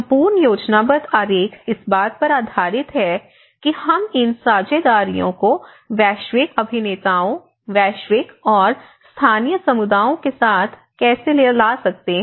संपूर्ण योजनाबद्ध आरेख इस बात पर आधारित है कि हम इन साझेदारियों को वैश्विक अभिनेताओं वैश्विक और स्थानीयसमुदाओं के साथ कैसे ला सकते हैं